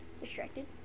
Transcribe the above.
Distracted